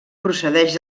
procedeix